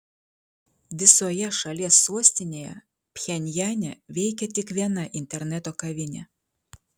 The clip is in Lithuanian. visoje šalies sostinėje pchenjane veikia tik viena interneto kavinė